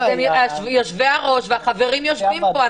יושבי הראש והחברים יושבים פה.